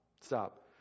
Stop